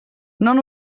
non